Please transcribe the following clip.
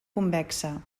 convexa